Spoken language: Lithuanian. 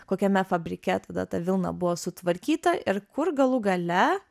kokiame fabrike tada ta vilna buvo sutvarkyta ir kur galų gale